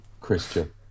Christian